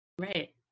right